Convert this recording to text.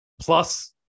Plus